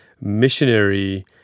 missionary